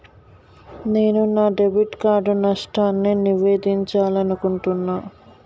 నేను నా debit card నష్టాన్ని నివేదించాలనుకుంటున్నా